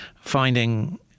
finding